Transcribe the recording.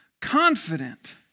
confident